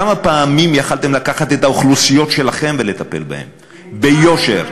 כמה פעמים יכולתם לקחת את האוכלוסיות שלכם ולטפל בהן ביושר?